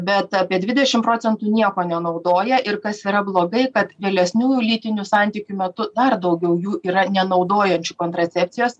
bet apie dvidešim procentų nieko nenaudoja ir kas yra blogai kad vėlesnių lytinių santykių metu dar daugiau jų yra nenaudojančių kontracepcijos